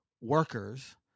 workers